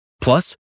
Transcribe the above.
Plus